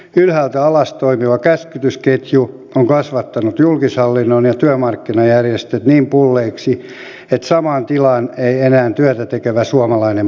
ylhäältä alas toimiva käskytysketju on kasvattanut julkishallinnon ja työmarkkinajärjestöt niin pulleiksi että samaan tilaan ei enää työtä tekevä suomalainen mahdu